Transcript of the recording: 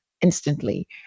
instantly